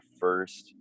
first